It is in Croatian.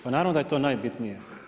Pa naravno da je to najbitnije.